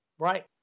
Right